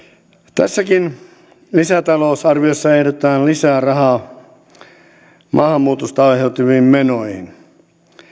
tässäkin lisätalousarviossa ehdotetaan lisää rahaa maahanmuutosta aiheutuviin menoihin